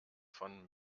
von